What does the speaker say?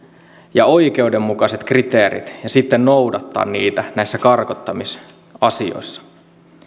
ja oikeudenmukaiset kriteerit ja sitten noudattaa niitä näissä karkottamisasioissa